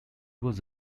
was